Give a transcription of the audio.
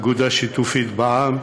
אגודה שיתופית בע"מ",